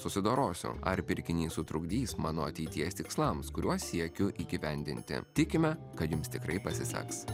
susidorosiu ar pirkinys sutrukdys mano ateities tikslams kuriuos siekiu įgyvendinti tikime kad jums tikrai pasiseks